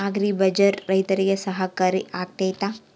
Agri bazaar ರೈತರಿಗೆ ಸಹಕಾರಿ ಆಗ್ತೈತಾ?